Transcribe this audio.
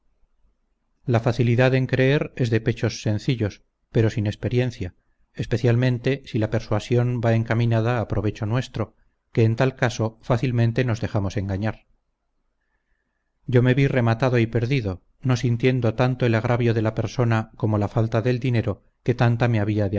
la facilidad en creer es de pechos sencillos pero sin experiencia especialmente si la persuasión va encaminada a provecho nuestro que en tal caso fácilmente nos dejamos engañar yo me vi rematado y perdido no sintiendo tanto el agravio de la persona como la falta del dinero que tanta me había